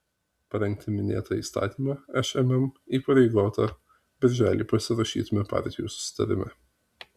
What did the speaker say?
parengti minėtą įstatymą šmm įpareigota birželį pasirašytame partijų susitarime